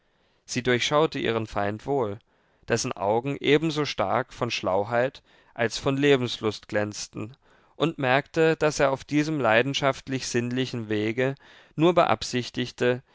sie durchschaute ihren feind wohl dessen augen ebenso stark von schlauheit als von lebenslust glänzten und merkte daß er auf diesem leidenschaftlich sinnlichen wege nur beabsichtigte